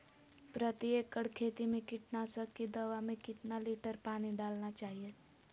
प्रति एकड़ खेती में कीटनाशक की दवा में कितना लीटर पानी डालना चाइए?